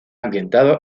ambientado